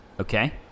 Okay